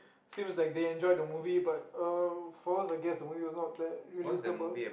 seems like they enjoyed the movie but uh for us I guess the movie was not that relatable